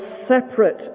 separate